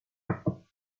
channel